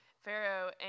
Pharaoh